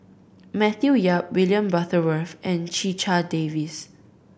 Matthew Yap William Butterworth and Checha Davies